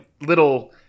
little